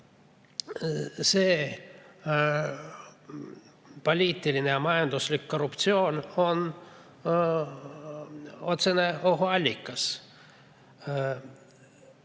Selline poliitiline ja majanduslik korruptsioon on otsene ohuallikas.